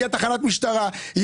תהיה תחנת משטרה,